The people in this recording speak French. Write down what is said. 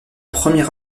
premier